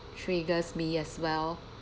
triggers me as well